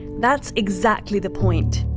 that's exactly the point.